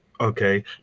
Okay